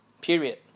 Period